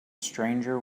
stranger